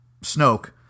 Snoke